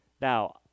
Now